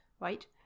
right